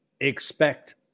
expect